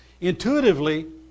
Intuitively